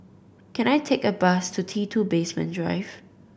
can I take a bus to T Two Basement Drive